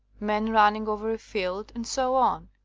men running over a field, and so on.